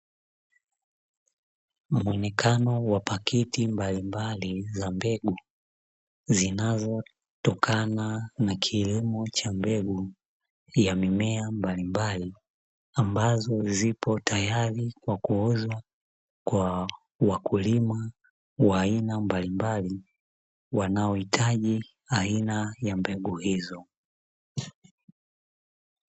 Muonekano wa paketi mbalimbali za mbegu zinazotokana na kilimo cha mbegu ya mimea mbalimbali, ambazo zipo tayari kwa kuuzwa kwa wakulima wa aina mbalimbali wanaohitaji aina ya mbegu hizo.